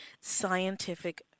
scientific